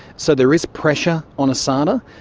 so there is pressure on asada,